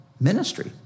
ministry